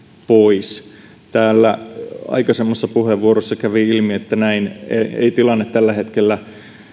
pois täällä aikaisemmassa puheenvuorossa kävi ilmi että näin ei tilanne tällä hetkellä